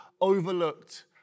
overlooked